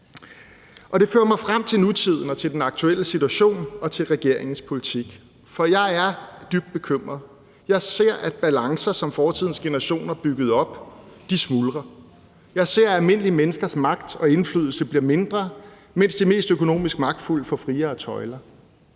Det fører mig frem til nutiden, til den aktuelle situation og til regeringens politik, for jeg er dybt bekymret. Jeg ser, at balancer, som fortidens generationer byggede op, smuldrer; jeg ser, at almindelige menneskers magt og indflydelse bliver mindre, mens de mest økonomisk magtfulde får friere tøjler.